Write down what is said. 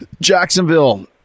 Jacksonville